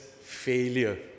failure